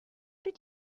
did